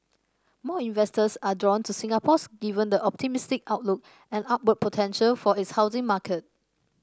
more investors are drawn to Singapore's given the optimistic outlook and upward potential for its housing market